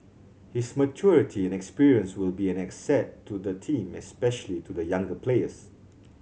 his maturity and experience will be an asset to the team especially to the younger players